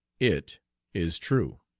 it is true.